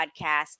podcast